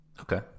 Okay